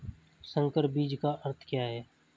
संकर बीज का अर्थ क्या है?